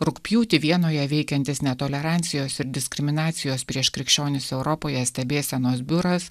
rugpjūtį vienoje veikiantis netolerancijos ir diskriminacijos prieš krikščionis europoje stebėsenos biuras